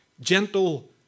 Gentle